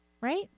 Right